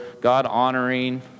God-honoring